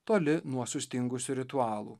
toli nuo sustingusių ritualų